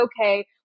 okay